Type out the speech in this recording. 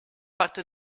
parte